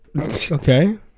Okay